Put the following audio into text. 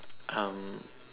um